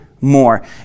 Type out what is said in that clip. more